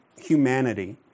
humanity